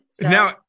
Now